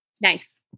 Nice